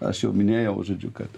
aš jau minėjau žodžiu kad